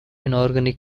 inorganic